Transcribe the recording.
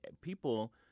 people